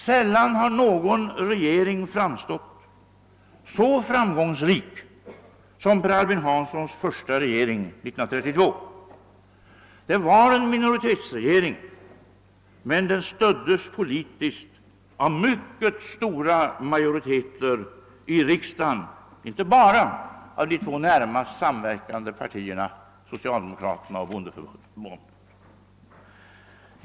Sällan har någon regering framstått som så framgångsrik som Per Albin Hanssons första regering 1932. Det var en minoritetsregering, men den stöddes politiskt av mycket stora majoriteter i riksdagen, inte bara av de närmast samverkande partierna socialdemokraterna och bondeförbundet.